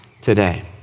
today